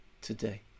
today